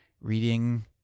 reading